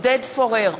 עודד פורר,